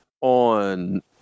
on